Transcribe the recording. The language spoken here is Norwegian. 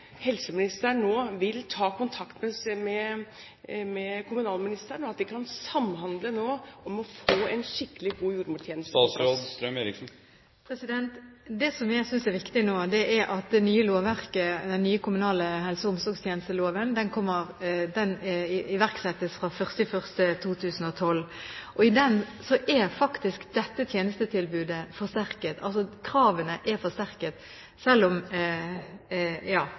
helseministeren nå vil ta kontakt med kommunalministeren, slik at de kan samhandle om å få en skikkelig god jordmortjeneste på plass. Det jeg synes er viktig nå, er at det nye lovverket – den nye kommunale helse- og omsorgstjenesteloven – iverksettes fra 1. januar 2012. I den er kravene til dette tjenestetilbudet forsterket – det er